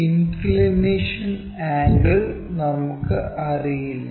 inclination angle നമുക്ക് അറിയില്ല